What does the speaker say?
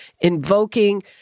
invoking